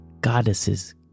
goddesses